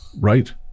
Right